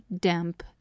damp